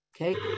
Okay